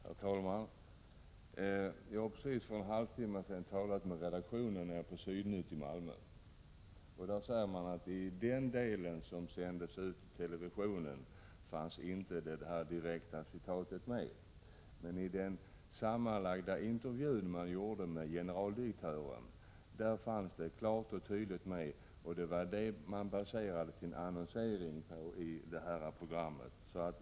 Herr talman! Jag har för bara en halvtimme sedan talat med redaktionen för Sydnytt i Malmö. Där säger man att i den del som sändes ut i televisionen fanns inte det direkta citatet med, men i den intervju man gjorde med generaldirektören fanns detta klart utsagt, och det var detta man baserade sin programannonsering på.